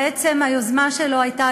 והיוזמה שלו הייתה,